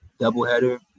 doubleheader